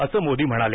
असं मोदी म्हणाले